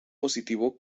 positivo